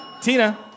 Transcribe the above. Tina